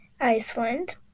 Iceland